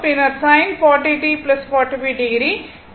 பின்னர் sin 40 t 45o